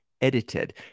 edited